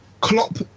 Klopp